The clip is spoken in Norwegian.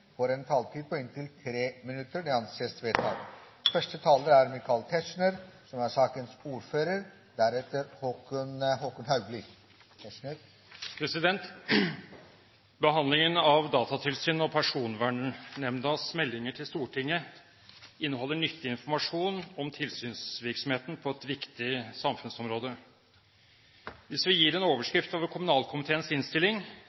får en taletid på inntil 3 minutter. – Det anses vedtatt. Behandlingen av Datatilsynet og Personvernnemndas meldinger til Stortinget inneholder nyttig informasjon om tilsynsvirksomheten på et viktig samfunnsområde. Hvis vi gir en overskrift over kommunalkomiteens innstilling,